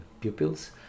pupils